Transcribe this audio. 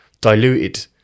diluted